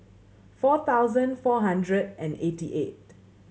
four thousand four hundred and eighty eight